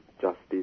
justice